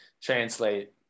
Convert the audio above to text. translate